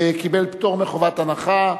קיבל פטור מחובת הנחה.